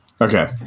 Okay